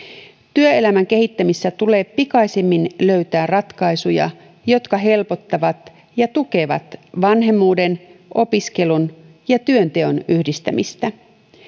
työelämän kehittämisessä tulee pikaisimmin löytää ratkaisuja jotka helpottavat ja tukevat vanhemmuuden opiskelun ja työnteon yhdistämistä